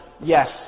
Yes